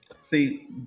see